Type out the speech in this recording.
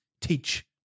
Teach